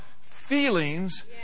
feelings